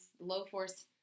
low-force